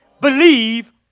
Believe